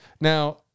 now